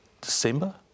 December